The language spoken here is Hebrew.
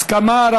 הסכמה.